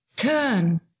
Turn